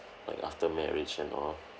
like after marriage and all